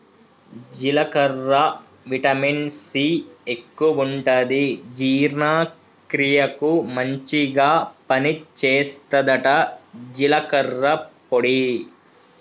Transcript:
జీలకర్రల vitamin C ఎక్కువుంటది జీర్ణ క్రియకు మంచిగ పని చేస్తదట జీలకర్ర పొడి